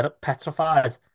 petrified